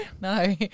No